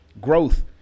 growth